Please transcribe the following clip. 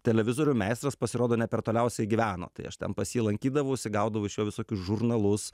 televizorių meistras pasirodo ne per toliausiai gyveno tai aš ten pas jį lankydavausi gaudavau iš jo visokius žurnalus